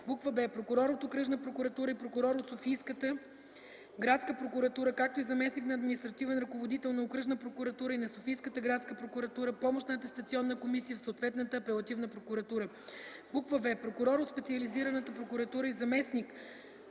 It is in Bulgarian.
б) прокурор от окръжна прокуратура и прокурор от Софийската градска прокуратура, както и заместник на административен ръководител на окръжна прокуратура и на Софийската градска прокуратура – помощна атестационна комисия в съответната апелативна прокуратура; в) прокурор от специализирана прокуратура и заместник